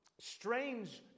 strange